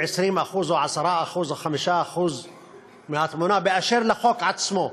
20% או 10% או 5% מהתמונה באשר לחוק עצמו.